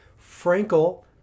Frankel